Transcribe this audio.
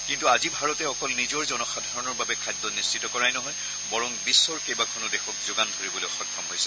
কিন্তু আজি ভাৰতে অকল নিজৰ জনসাধাৰণৰ বাবে খাদ্য নিশ্চিত কৰাই নহয় বৰং বিশ্বৰ কেইবাখনো দেশক যোগান ধৰিবলৈ সক্ষম হৈছে